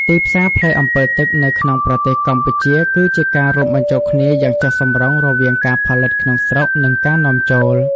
ទីផ្សារផ្លែអម្ពិលទឹកនៅក្នុងប្រទេសកម្ពុជាគឺជាការរួមបញ្ចូលគ្នាយ៉ាងចុះសម្រុងរវាងការផលិតក្នុងស្រុក និងការនាំចូល។